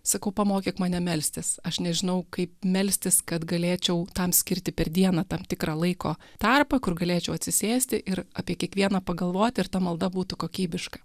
sakau pamokyk mane melstis aš nežinau kaip melstis kad galėčiau tam skirti per dieną tam tikrą laiko tarpą kur galėčiau atsisėsti ir apie kiekvieną pagalvoti ir ta malda būtų kokybiška